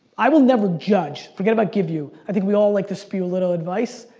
i will never judge, forget about give you, i think we all like to spew a little advice.